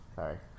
Sorry